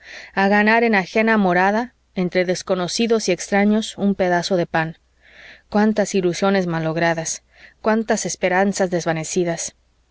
a ganar en ajena morada entre desconocidos y extraños un pedazo de pan cuántas ilusiones malogradas cuántas esperanzas desvanecidas